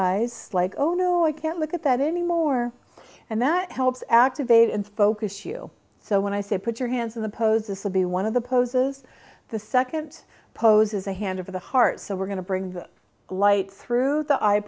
eyes like oh no i can't look at that anymore and that helps activate in focus you so when i say put your hands of the pose this will be one of the poses the second poses a hand of the heart so we're going to bring the light through the eye